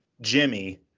Jimmy